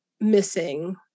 missing